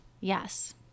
Yes